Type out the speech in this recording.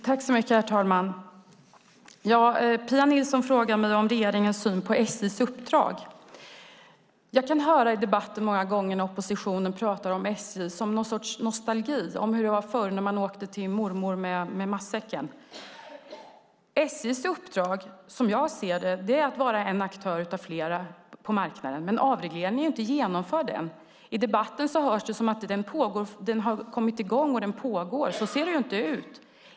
Herr talman! Pia Nilsson frågar mig om regeringens syn på SJ:s uppdrag. Jag kan höra i debatter många gånger oppositionen prata om SJ som någon sorts nostalgi, om hur det var förr när man åkte till mormor med matsäck. SJ:s uppdrag, som jag ser det, är att vara en aktör bland flera på marknaden. Men avregleringen är inte genomförd än. I debatten låter det som att den har kommit i gång och att den pågår. Så ser det inte ut.